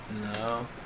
No